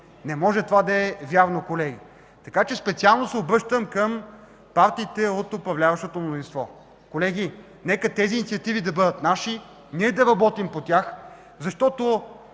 Не може това да е вярно, колеги! Специално се обръщам към партиите от управляващото мнозинство: нека тези инициативи да бъдат наши, ние да работим по тях, защото